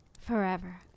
Forever